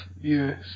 yes